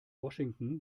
washington